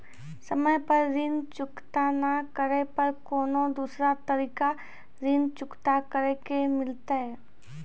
समय पर ऋण चुकता नै करे पर कोनो दूसरा तरीका ऋण चुकता करे के मिलतै?